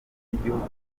y’igihugu